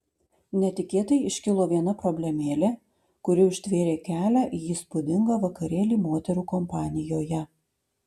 netikėtai iškilo viena problemėlė kuri užtvėrė kelią į įspūdingą vakarėlį moterų kompanijoje